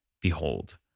Behold